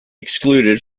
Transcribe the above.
excluded